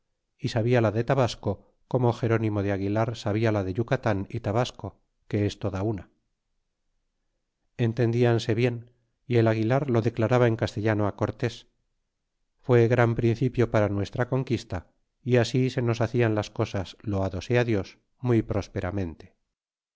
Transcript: y sabia la de tabasco como gerónimo de apilar sabia la de yucatan y tabasco que es toda una entendíanse bien y el aguilar lo declaraba en castellano cortés fue gran principio para nuestra conquista y así se nos hacian las cosas loado sea dios muy